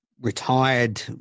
retired